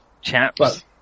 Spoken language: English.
chaps